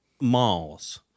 malls